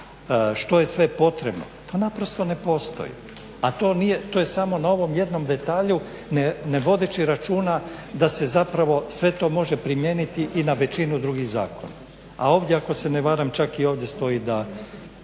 što je sve potrebno to naprosto ne postoji. A to je samo na ovom detalju ne vodeći računa da se sve to može primijeniti i na većinu drugih zakona. a ovdje ako se ne varam čak i ovdje stoji da